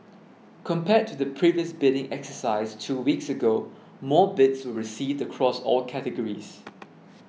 compared to the previous bidding exercise two weeks ago more bids were received across all categories